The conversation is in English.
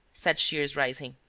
said shears, rising.